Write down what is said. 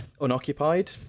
unoccupied